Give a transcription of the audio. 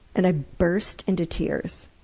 and i burst into tears.